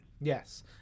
Yes